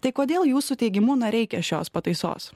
tai kodėl jūsų teigimu reikia šios pataisos